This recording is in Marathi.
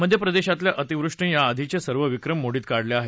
मध्य प्रदेशातल्या अतिवृष्टीनं या आधीचसिर्व विक्रम मोडीत काढले आहेत